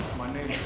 my name